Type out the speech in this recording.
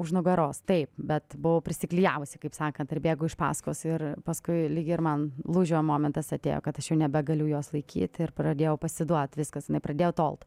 už nugaros taip bet buvau prisiklijavusi kaip sakant ir bėgau iš pasakos ir paskui lyg ir ir man lūžio momentas atėjo kad aš jau nebegaliu jos laikyti ir pradėjau pasiduot viskas jinai pradėjo tolt